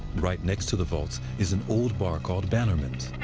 right next to the vaults is an old bar called bannerman's.